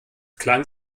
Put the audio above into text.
klang